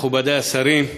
מכובדי השרים,